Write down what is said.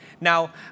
Now